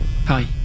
Hi